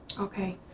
Okay